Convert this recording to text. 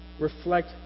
reflect